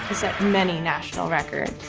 set many national records.